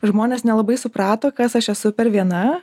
žmonės nelabai suprato kas aš esu per viena